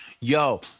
Yo